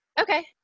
Okay